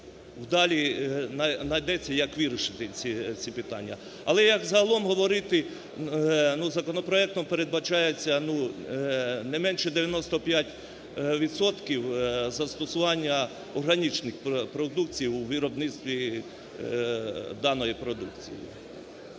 далі найдеться, як вирішити ці питання. Але як загалом говорити, законопроектом передбачається не менше 95 відсотків застосування органічних продуктів у виробництві даної продукції.